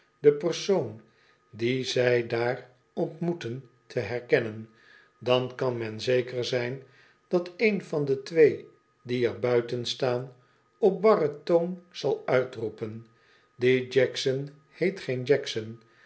den persoon dien zij daar ontmoeten te herkennen dan kan men zeker zijn dat een van de twee die er buiten staan op barren toon zal uitroepen die jackson heet geen jackson